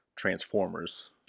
transformers